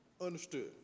Understood